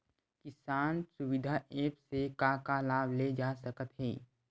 किसान सुविधा एप्प से का का लाभ ले जा सकत हे?